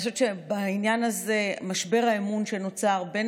אני חושבת שבעניין הזה משבר האמון שנוצר בין